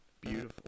beautiful